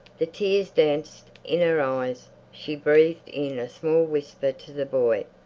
the tears danced in her eyes she breathed in a small whisper to the boy,